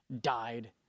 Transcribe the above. died